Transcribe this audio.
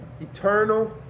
eternal